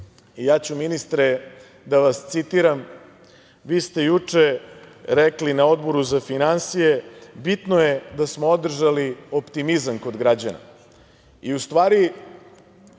ja ću da vas citiram. Vi ste juče rekli na Odboru za finansije – bitno je da smo održali optimizam kod građana. U stvari,